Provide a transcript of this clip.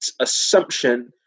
assumption